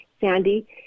Sandy